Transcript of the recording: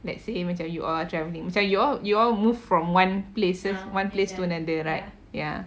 let's say macam you are travelling macam you all you all moved from one places one place to another right ya